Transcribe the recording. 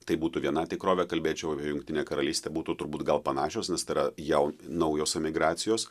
tai būtų viena tikrovė kalbėčiau jungtinė karalystė būtų turbūt gal panašios nes tai yra jau naujos emigracijos